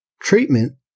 Treatment